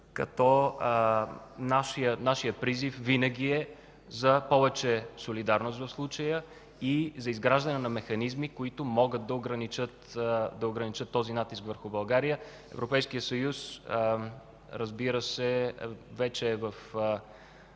като нашият призив винаги е за повече солидарност в случая и за изграждане на механизми, които могат да ограничат този натиск върху България. Европейският съюз вече е в,